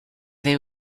they